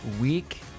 week